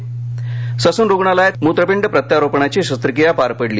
मत्रपिंड Sassoon रुग्णालयात मूत्रपिंड प्रत्यारोपणाची शस्त्रक्रिया पार पडली